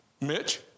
Mitch